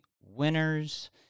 winners